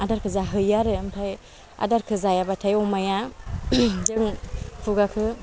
आदारखौ जाहोयो आरो ओमफ्राय आदारखौ जायाबाथाय अमाया जों खुगाखौ